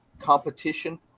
competition